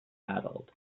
battled